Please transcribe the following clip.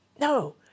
No